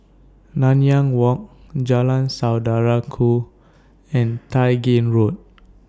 Nanyang Walk Jalan Saudara Ku and Tai Gin Road